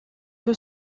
que